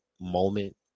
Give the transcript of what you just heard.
moment